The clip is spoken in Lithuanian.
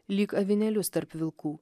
lyg avinėlius tarp vilkų